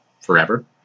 forever